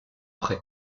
après